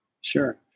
Sure